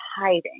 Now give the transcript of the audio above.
hiding